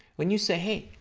when you say, hey,